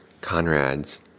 Conrad's